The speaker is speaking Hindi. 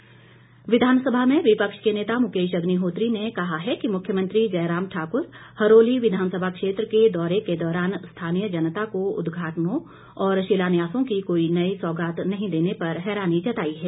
अग्निहोत्री विधानसभा में विपक्ष के नेता मुकेश अग्निहोत्री ने कहा है कि मुख्यमंत्री जयराम ठाकुर हरोली विधानसभा क्षेत्र के दौरे के दौरान स्थानीय जनता को उदघाटनों और शिलान्यासों की कोई नई सौगात नहीं देने पर हैरानी जताई है